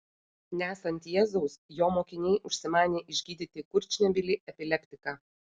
nesant jėzaus jo mokiniai užsimanė išgydyti kurčnebylį epileptiką